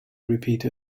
repeated